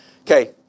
Okay